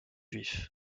juif